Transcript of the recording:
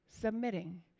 submitting